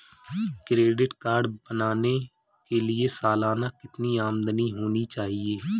Credit card बनाने के लिए सालाना कितनी आमदनी होनी चाहिए?